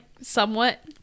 somewhat